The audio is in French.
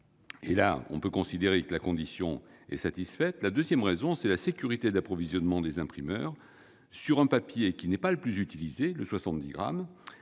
dans ce cas-là, que la condition est satisfaite. La deuxième raison, c'est la sécurité d'approvisionnement des imprimeurs sur un papier qui n'est pas le plus utilisé- le 70 grammes